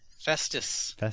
Festus